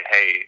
Hey